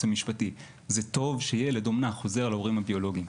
המשפטי זה טוב שילד אומנה חוזר להורים הביולוגיים.